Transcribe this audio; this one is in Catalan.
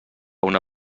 una